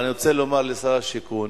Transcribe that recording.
אני רוצה לומר לשר השיכון